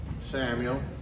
Samuel